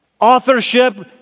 authorship